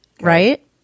right